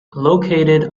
located